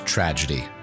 Tragedy